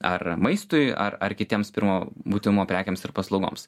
ar maistui ar ar kitiems pirmo būtinumo prekėms ir paslaugoms